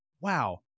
wow